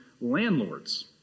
landlords